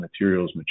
materials